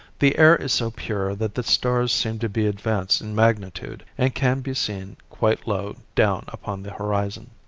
the air is so pure that the stars seem to be advanced in magnitude and can be seen quite low down upon the horizon.